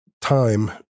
time